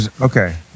Okay